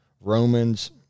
Romans